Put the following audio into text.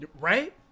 Right